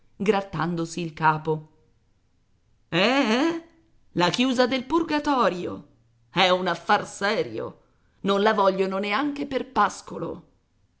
viso grattandosi il capo eh eh la chiusa del purgatorio è un affar serio non la vogliono neanche per pascolo